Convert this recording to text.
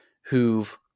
who've